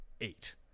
eight